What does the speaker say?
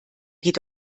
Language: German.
geht